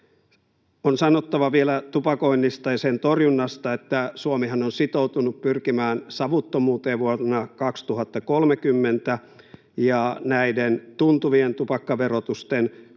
On sanottava vielä tupakoinnista ja sen torjunnasta, että Suomihan on sitoutunut pyrkimään savuttomuuteen vuonna 2030 ja näiden tuntuvien tupakkaverotuksen korotusten,